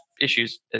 issues